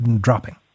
dropping